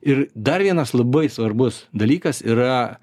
ir dar vienas labai svarbus dalykas yra